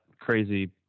crazy